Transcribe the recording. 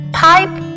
pipe